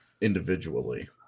individually